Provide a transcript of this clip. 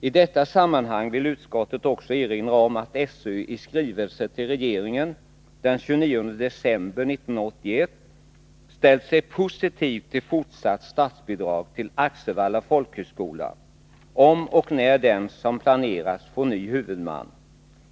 I detta sammanhang vill utskottet också erinra om att SÖ i skrivelse till regeringen den 29 december 1981 ställt sig positiv till fortsatt statsbidrag till Axevalla folkhögskola, om och när den, som planeras, får ny huvudman.